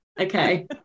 Okay